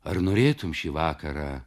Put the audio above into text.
ar norėtum šį vakarą